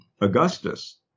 Augustus